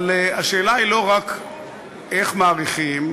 אבל השאלה היא לא רק איך מאריכים,